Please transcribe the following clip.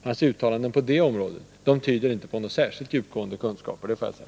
Hans uttalanden på det området tyder inte på särskilt djupgående kunskaper.